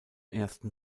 ersten